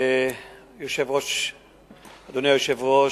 אדוני היושב-ראש,